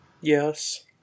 Yes